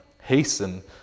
hasten